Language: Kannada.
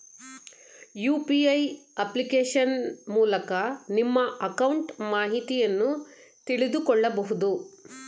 ಯು.ಪಿ.ಎ ಅಪ್ಲಿಕೇಶನ್ ಮೂಲಕ ನಿಮ್ಮ ಅಕೌಂಟ್ ಮಾಹಿತಿಯನ್ನು ತಿಳಿದುಕೊಳ್ಳಬಹುದು